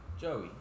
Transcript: Joey